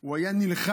הוא היה נלחם,